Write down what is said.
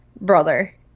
brother